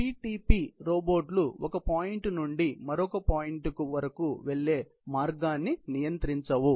PTP రోబోట్లు ఒక point నుండి మరొక పాయింట్ వరకు వెళ్ళే మార్గాన్ని నియంత్రించవు